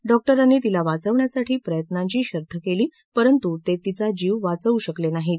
डॉक्टरांनी तिला वाचवण्यासाठी प्रयत्नांची शर्थ केली परंतु ते तिचा जीव वाचवू शकले नाहीत